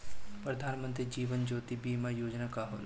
प्रधानमंत्री जीवन ज्योति बीमा योजना का होला?